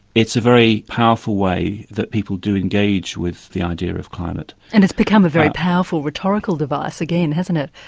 it's a very powerful way that people do engage with the idea of climate. and it's become a very powerful rhetorical device, again, hasn't it?